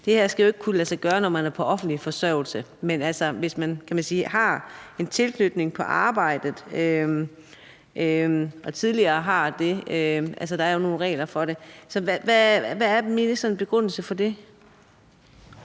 det her jo ikke skal kunne lade sig gøre, når man er på offentlig forsørgelse, men lad os sige, man har en tilknytning til et arbejde eller tidligere har haft det, altså, der er jo nogle regler for det. Så hvad er ministerens begrundelse for det?